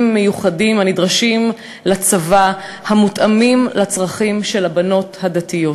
מיוחדים הנדרשים לצבא ומותאמים לצרכים של הבנות הדתיות.